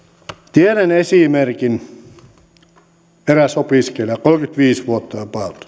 tiedän esimerkin eräs opiskelija kolmekymmentäviisi vuotta about